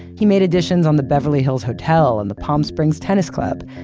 he made additions on the beverly hills hotel and the palm springs tennis club.